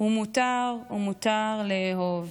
ומותר ומותר לאהוב.